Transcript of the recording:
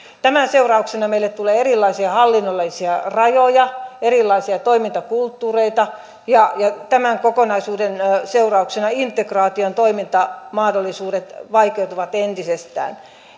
tämän seurauksena meille tulee erilaisia hallinnollisia rajoja erilaisia toimintakulttuureita ja ja tämän kokonaisuuden seurauksena integraation toimintamahdollisuudet vaikeutuvat entisestään